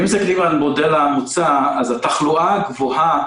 אם מסתכלים על המודל המוצע אז התחלואה הגבוהה